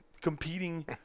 competing